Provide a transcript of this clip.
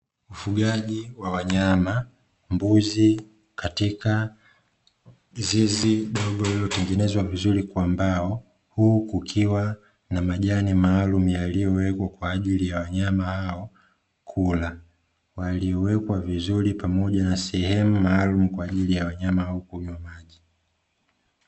Ufugaji wa wanyama (mbuzi) katika zizi dogo lililotengenezwa vizuri kwa mbao, huku kukiwa na majani maalumu yaliyowekwa kwa ajili ya wanyama hao kula; waliowekwa vizuri pamoja na sehemu maalumu kwa ajili ya wanyama hao kunywa maji.